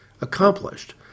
accomplished